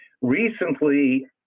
Recently